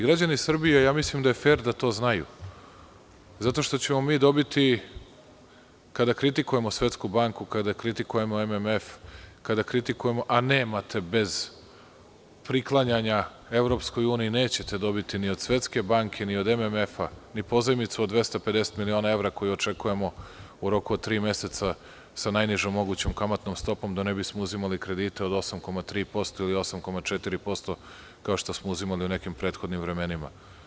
Građani Srbije mislim da je fer da to znaju, zato što ćemo mi dobiti, kada kritikujemo Svetsku banku, kada kritikujemo MMF, a bez priklanjanja EU nećete dobiti ni od Svetske banke, ni od MMF ni pozajmicu od 250 miliona evra koju očekujemo u roku od tri meseca sa najnižom mogućom kamatnom stopom, da ne bismo uzimali kredite od 8,3% ili 8,4%, kao što smo uzimali u nekim prethodnim vremenima.